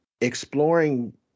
exploring